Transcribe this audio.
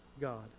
God